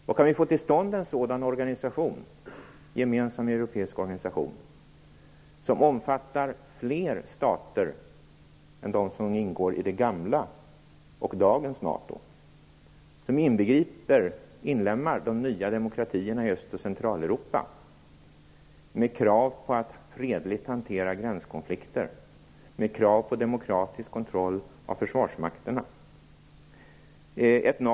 Om vi kan få till stånd en gemensam europeisk organisation som omfattar fler stater än de som ingår i det gamla och i dagens NATO och som inlemmar de nya demokratierna i Öst och Centraleuropa - med krav på fredlig hantering av gränskonflikter och på demokratisk kontroll av försvarsmakterna - är det till gagn för Europa.